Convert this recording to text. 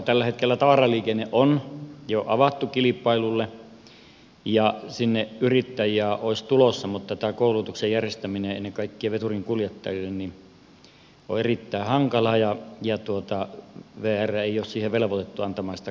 tällä hetkellä tavaraliikenne on jo avattu kilpailulle ja sinne yrittäjiä olisi tulossa mutta tämä koulutuksen järjestäminen ennen kaikkea veturinkuljettajille on erittäin hankalaa ja vr ei ole velvoitettu antamaan sitä koulutusta